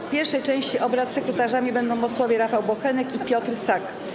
W pierwszej części obrad sekretarzami będą posłowie Rafał Bochenek i Piotr Sak.